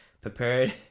prepared